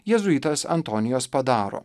jėzuitas antonio spadaro